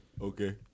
okay